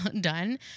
done